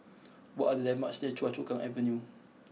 what are the landmarks near Choa Chu Kang Avenue